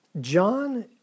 John